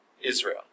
Israel